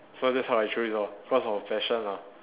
so that's how I choose this lor cause of passion ah